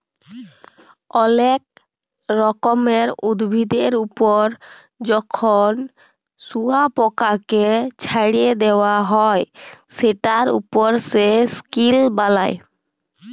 অলেক রকমের উভিদের ওপর যখন শুয়পকাকে চ্ছাড়ে দেওয়া হ্যয় সেটার ওপর সে সিল্ক বালায়